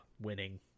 winning